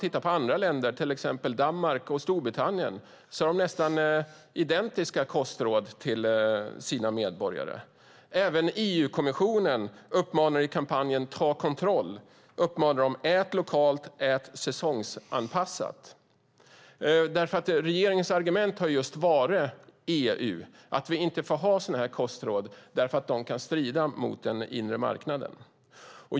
I andra länder, till exempel Danmark och Storbritannien, har man nästan identiska kostråd till sina medborgare. Även EU-kommissionen uppmanar i kampanjen Ta kontroll: Ät lokalt; ät säsongsanpassat. Regeringens argument har varit att vi inte får ha sådana här kostråd eftersom de kan strida mot den inre marknaden.